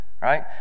Right